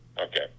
Okay